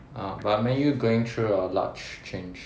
ah but Man U going through a large change